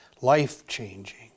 life-changing